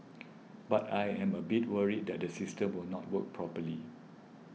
but I am a bit worried that the system will not work properly